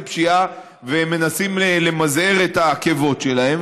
פשיעה ומנסים למזער את העקבות שלהם,